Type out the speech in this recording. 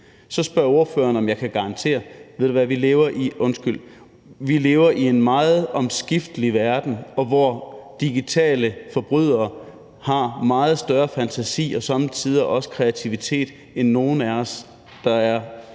Så spørger ordføreren, om jeg kan garantere noget. Vi lever i en meget omskiftelig verden, hvor digitale forbrydere har en meget større fantasi og somme tider også kreativitet end nogen af os,